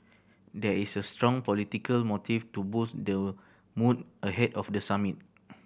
there is a strong political motive to boost the mood ahead of the summit